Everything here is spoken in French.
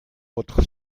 votre